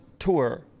tour